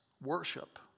worship